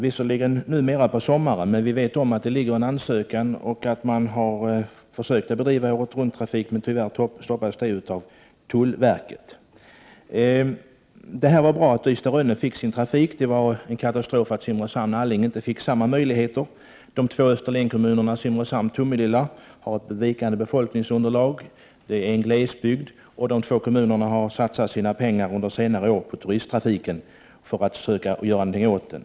Visserligen sker det numera bara på sommaren, men vi vet att det finns en ansökan och att man har försökt att bedriva åretrunttrafik. Det har tyvärr stoppats av tullverket. Det var bra att Ystad—Rönne fick sin trafik. Det var en katastrof att Simrishamn — Allinge inte fick samma möjligheter. De två Österlenkommunerna Simrishamn och Tomelilla har ett vikande befolkningsunderlag. Det är fråga om glesbygd. De två kommunerna har under senare år satsat sina pengar på turisttrafiken för att söka göra någonting åt den.